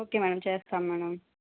okay madam చేస్తాం madam